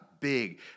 big